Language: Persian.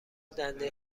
دنده